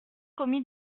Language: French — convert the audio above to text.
commis